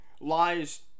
lies